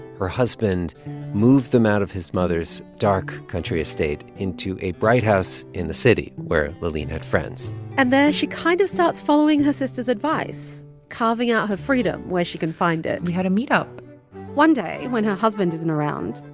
her husband moved them out of his mother's dark country estate into a bright house in the city, where laaleen had friends and there, she kind of starts following her sister's advice, carving out her freedom where she can find it we had a meetup one day, when her husband isn't around,